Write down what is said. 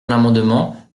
l’amendement